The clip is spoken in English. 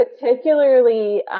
particularly